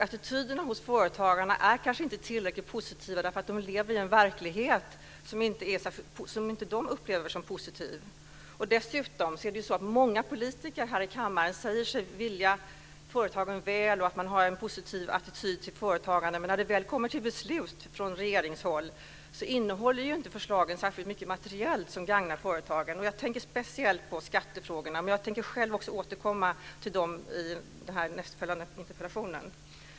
Företagarnas attityder är kanske inte tillräckligt positiva därför att de möter en verklighet som de inte upplever som positiv. Dessutom säger sig många politiker här i kammaren vilja företagarna väl och ha en positiv attityd till dessa, men när det väl kommer till förslag från regeringshåll är det inte mycket som materiellt gagnar företagen. Jag tänker speciellt på skattefrågorna, men till dem ska jag återkomma i en av de nästföljande interpellationerna.